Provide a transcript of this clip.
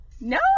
No